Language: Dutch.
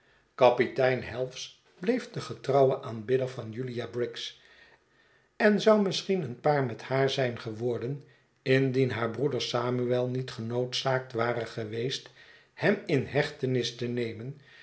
kapitein helves bleef de getrouwe aanbidder van julia briggs en zou misschien een paar met haar zijn geworden indien haar broeder samuel niet genoodzaakt ware geweest hem in hechtenis te nemen